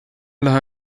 لها